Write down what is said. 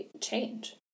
change